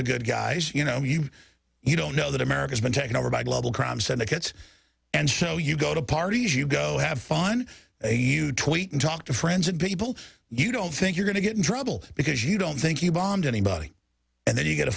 the good guys you know you you don't know that america's been taken over by global crime syndicates and so you go to parties you go have fun hey you tweet and talk to friends and people you don't think you're going to get in trouble because you don't think you bombed anybody and then you get a